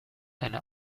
eine